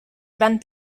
gran